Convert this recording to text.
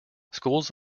schools